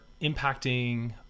impacting